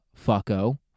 fucko